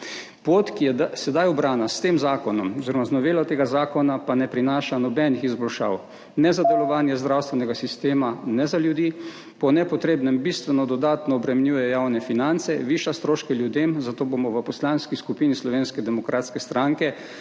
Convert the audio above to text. Pot, ki je sedaj ubrana s tem zakonom oziroma z novelo tega zakona, pa ne prinaša nobenih izboljšav ne za delovanje zdravstvenega sistema ne za ljudi, po nepotrebnem bistveno dodatno obremenjuje javne finance, viša stroške ljudem, zato bomo v Poslanski skupini Slovenske demokratske stranke